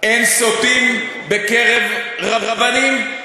אין סוטים בקרב רבנים?